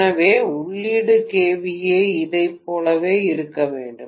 எனவே உள்ளீடு kVA இதைப் போலவே இருக்க வேண்டும்